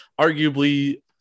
arguably